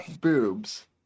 boobs